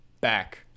back